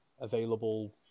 available